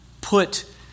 put